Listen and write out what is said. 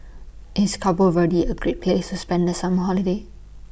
IS Cabo Verde A Great Place spend The Summer Holiday